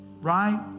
Right